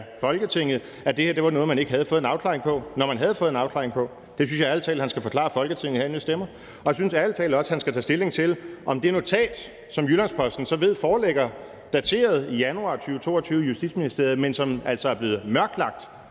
Folketinget, at det her var noget, man ikke havde fået en afklaring på, når man havde fået en afklaring på det? Det synes jeg ærlig talt han skal forklare Folketinget, inden vi stemmer. Jeg synes ærlig talt også, at han skal tage stilling til, om det notat, som Jyllands-Posten så ved foreligger, dateret i januar 2022 af Justitsministeriet, men som altså er blevet mørklagt,